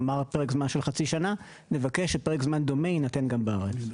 נאמר פרק זמן של חצי שנה נבקש שפרק זמן דומה יינתן גם בארץ.